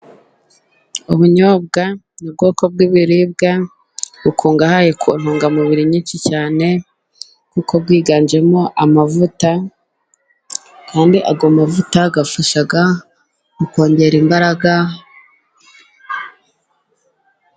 Ubunyobwa ni ubwoko bw'ibiribwa, bukungahaye ku ntungamubiri nyinshi cyane, kuko bwiganjemo amavuta kandi ayo amavuta, afasha mu kongera imbaraga.